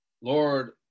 Lord